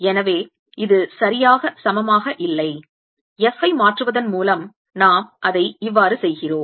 எனவே இது சரியாக சமமாக இல்லை f ஐ மாற்றுவதன் மூலம் நாம் அதை இவ்வாறு செய்கிறோம்